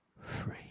free